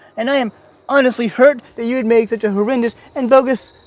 and i am honestly hurt that you'd make such a horrendous and bogus